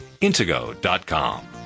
intego.com